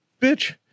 bitch